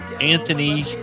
Anthony